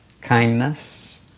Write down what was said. kindness